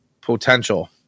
potential